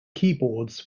keyboards